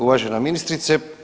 Uvažena ministrice.